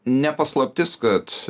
ne paslaptis kad